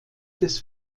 des